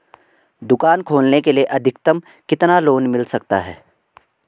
दुकान खोलने के लिए अधिकतम कितना लोन मिल सकता है?